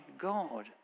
God